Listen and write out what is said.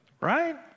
Right